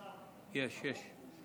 יש, יש.